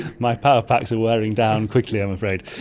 my power packs are wearing down quickly, i'm afraid!